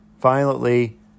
violently